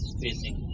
facing